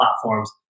platforms